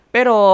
Pero